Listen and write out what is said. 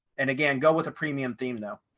and again, go with a premium theme though.